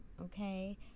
okay